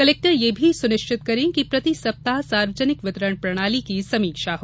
collector यह भी सुनिश्चित करें की प्रति सप्ताह सार्वजनिक वितरण प्रणाली की समीक्षा हो